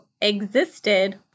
existed